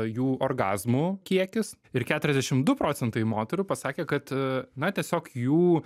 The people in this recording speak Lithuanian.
jų orgazmų kiekis ir keturiasdešim du procentai moterų pasakė kad na tiesiog jų